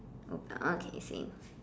open okay same